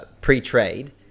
pre-trade